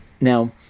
Now